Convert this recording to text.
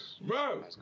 bro